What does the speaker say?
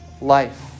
life